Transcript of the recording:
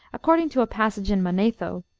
according to a passage in manetho,